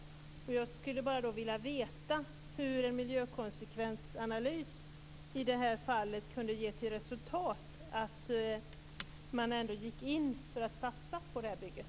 Jag skulle bara vilja veta hur en miljökonsekvensanalys i det här fallet kunde ge till resultat att man ändå gick in för att satsa på det här bygget.